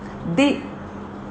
they